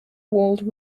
walled